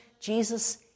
Jesus